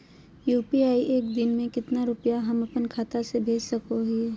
UPI से एक दिन में कितना रुपैया हम अपन खाता से भेज सको हियय?